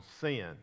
sin